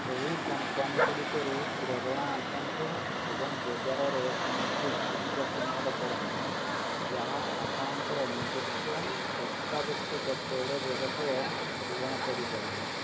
ଏହି କମ୍ପାନୀଗୁଡ଼ିକରୁ ପ୍ରେରଣା ଆଙ୍କନ୍ତୁ ଏବଂ ବଜାରରେ କୌଣସି ଛିଦ୍ର ଚିହ୍ନଟ କରନ୍ତୁ ଯାହା ଆପଣଙ୍କର ନିଜସ୍ୱ ଅତ୍ୟାବଶ୍ୟକ ତୈଳ ବ୍ୟବସାୟ ପୂରଣ କରିପାରିବ